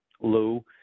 Lou